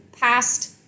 past